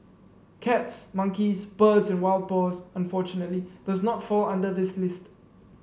cats monkeys birds and wild boars unfortunately does not fall under this list